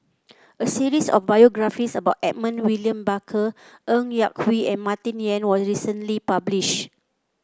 a series of biographies about Edmund William Barker Ng Yak Whee and Martin Yan was recently published